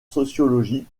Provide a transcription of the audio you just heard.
sociologie